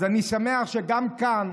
אז אני שמח שגם כאן